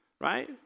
right